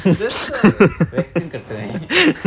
that's why வெட்கம் கெட்டவன்:vaetkam kaettavan